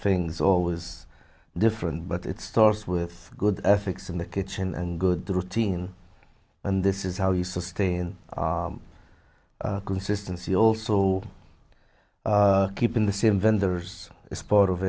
things always different but it starts with good ethics in the kitchen and good routine and this is how you sustain consistency also keeping the same vendors is part of